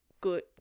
good